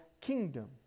kingdom